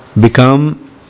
become